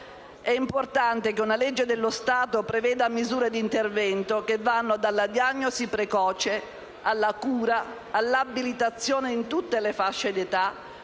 É importante che una legge dello Stato preveda misure d'intervento che vanno dalla diagnosi precoce, alla cura, all'abilitazione in tutte le fasce d'età,